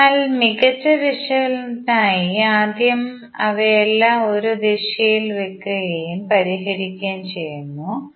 അതിനാൽ മികച്ച വിശകലനത്തിനായി ആദ്യം അവയെല്ലാം ഒരു ദിശയിൽ വെക്കുകയും പരിഹരിക്കുകയും ചെയ്യുന്നു